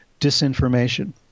disinformation